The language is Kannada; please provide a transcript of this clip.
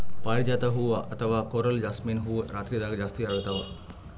ಪಾರಿಜಾತ ಹೂವಾ ಅಥವಾ ಕೊರಲ್ ಜಾಸ್ಮಿನ್ ಹೂವಾ ರಾತ್ರಿದಾಗ್ ಜಾಸ್ತಿ ಅರಳ್ತಾವ